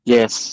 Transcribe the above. Yes